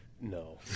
No